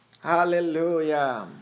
Hallelujah